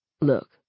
Look